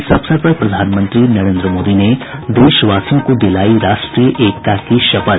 इस अवसर पर प्रधानमंत्री नरेंद्र मोदी ने देशवासियों को दिलाई राष्ट्रीय एकता की शपथ